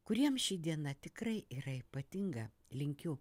kuriem ši diena tikrai yra ypatinga linkiu